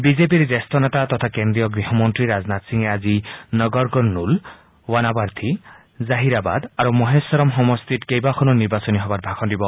বিজেপিৰ জ্যেষ্ঠ নেতা তথা কেন্দ্ৰীয় গৃহমন্ত্ৰী ৰাজনাথ সিঙে আজি নগৰকুৰ্নুল ৱানাপাৰ্থী জাহিৰাবাদ আৰু মহেধৰম সমষ্টিত কেইবাখনো নিৰ্বাচনী সভাত ভাষণ দিব